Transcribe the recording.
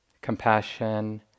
compassion